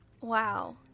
wow